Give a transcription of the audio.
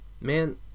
Man